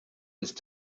ist